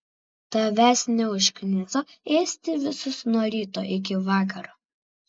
tavęs neužkniso ėsti visus nuo ryto iki vakaro